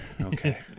Okay